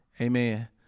Amen